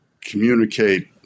communicate